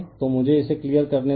तो मुझे इसे क्लियर करने दो